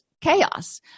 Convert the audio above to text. chaos